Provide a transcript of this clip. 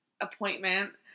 appointment